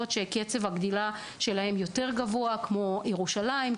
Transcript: שקצב הגדילה שלהן יותר גבוה כמו ירושלים,